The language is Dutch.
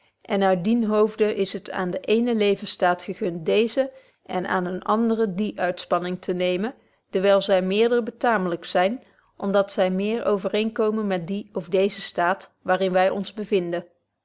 en uit dien hoofde is het aan den eenen levensstaat gegunt deze en aan eenen anderen die uitspanning te nemen wyl zy meerder betaamlyk zyn om dat zy meer overeenkomen met dien of deezen staat waar in wy ons bevinden